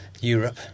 Europe